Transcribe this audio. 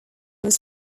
was